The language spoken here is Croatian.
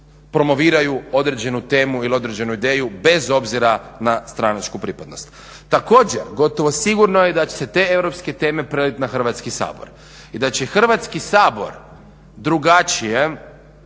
promoviraju određenu temu ili određenu ideju bez obzira na stranačku pripadnost. Također gotovo sigurno je da će se te europske teme prelit na Hrvatski sabor i da će Hrvatski sabor drugačije